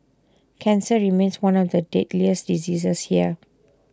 cancer remains one of the deadliest diseases here